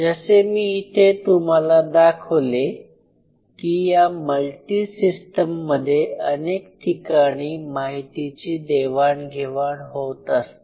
जसे मी इथे तुम्हाला दाखवले की या मल्टी सिस्टम मध्ये अनेक ठिकाणी माहितीची देवाणघेवाण होत आहे